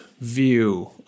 view